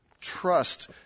Trust